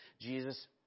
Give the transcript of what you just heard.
Jesus